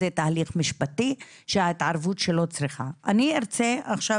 זה תהליך משפטי שההתערבות שלו צריכה אני ארצה עכשיו